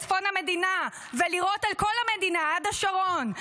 צפון המדינה ולירות על כל המדינה עד השרון,